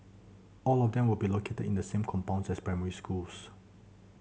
all of them will be located in the same compounds as primary schools